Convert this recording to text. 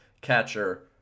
catcher